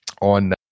on